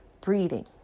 Breathing